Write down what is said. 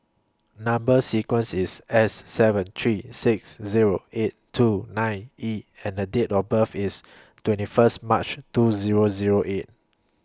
Number sequence IS S seven three six Zero eight two nine E and Date of birth IS twenty First March two Zero Zero eight